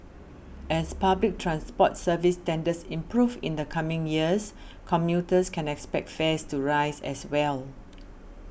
as public transport service standards improve in the coming years commuters can expect fares to rise as well